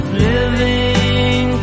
living